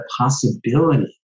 possibility